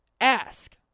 ask